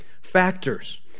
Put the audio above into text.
factors